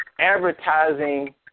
advertising